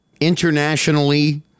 internationally